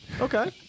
Okay